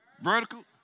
Vertical